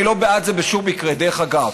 אני לא בעד זה בשום מקרה, דרך אגב.